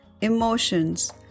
emotions